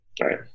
right